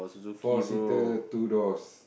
four seater two doors